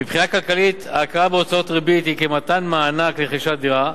מבחינה כלכלית הכרה בהוצאות הריבית היא כמתן מענק לרכישת דירה.